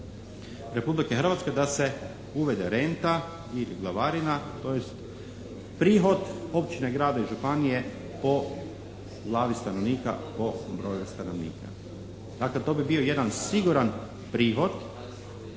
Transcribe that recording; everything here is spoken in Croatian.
Republike Hrvatske da se uvede renta i glavarina, tj. prihod općine, grada i županije po glavi stanovnika po broju stanovnika. Dakle, to bi bio jedan siguran prihod